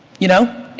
you know?